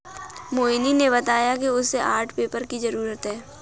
मोहिनी ने बताया कि उसे आर्ट पेपर की जरूरत है